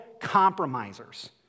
compromisers